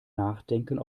nachdenken